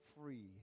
free